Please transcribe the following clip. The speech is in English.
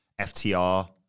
FTR